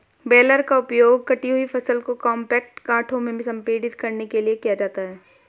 baler का उपयोग कटी हुई फसल को कॉम्पैक्ट गांठों में संपीड़ित करने के लिए किया जाता है